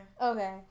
Okay